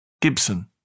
Gibson